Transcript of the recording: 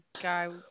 guy